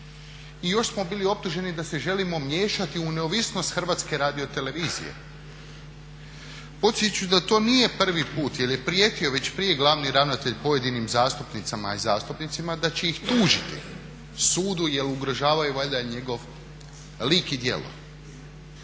i još smo bili optuženi da se želimo miješati u neovisnost Hrvatske radiotelevizije. Podsjetit ću da to nije prvi put jer je prijetio već prije glavni ravnatelj pojedinim zastupnicama i zastupnicima da će ih tužiti sudu jer ugrožavaju valjda njegov lik i djelo